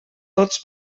tots